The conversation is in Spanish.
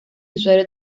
usuario